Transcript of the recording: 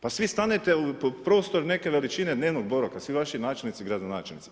Pa svi stanete u prostor neke veličine dnevnog boravka, svi vaši načelnici i gradonačelnici.